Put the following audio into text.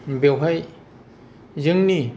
बेवहाय जोंनि